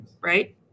Right